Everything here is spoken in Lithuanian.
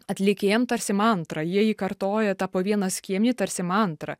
atlikėjam tarsi mantra jie jį kartoja tą po vieną skiemenį tarsi mantrą